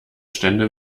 stände